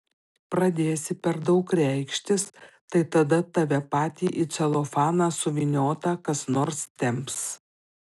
pradėsi per daug reikštis tai tada tave patį į celofaną suvyniotą kas nors temps